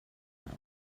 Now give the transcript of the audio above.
now